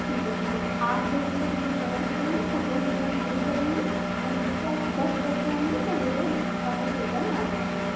ठीक है ठीक है तो आठ बजे से वो लोग कवर करेंगे फोटोज लेना शुरू करेंगे और एग्जैक्ट दस बज जाएंगे तो वो लोग वापस रिटर्न आ जाएंगे